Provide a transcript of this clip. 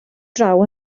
draw